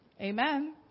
Amen